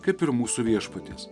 kaip ir mūsų viešpaties